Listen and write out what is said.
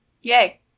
Yay